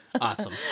Awesome